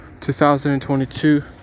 2022